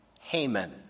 Haman